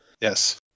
Yes